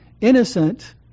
innocent